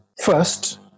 first